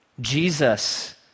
Jesus